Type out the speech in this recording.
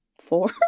Four